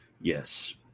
Yes